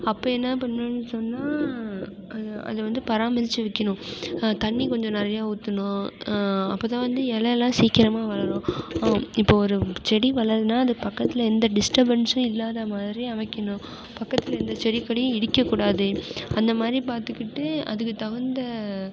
அப்போ என்ன பண்ணணும்னு சொன்னால் அதை வந்து பராமரித்து வைக்கணும் தண்ணி கொஞ்சம் நிறையா ஊற்றணும் அப்போ தான் வந்து இலைலாம் சீக்கிரமாக வளரும் இப்போது ஒரு செடி வளருதுனால் அது பக்கத்தில் எந்த டிஸ்டபென்ஸ்சும் இல்லாத மாதிரி அமைக்கணும் பக்கத்தில் எந்த செடி கொடி இடிக்கக் கூடாது அந்தமாதிரி பார்த்துக்கிட்டு அதுக்குத் தகுந்த